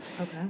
Okay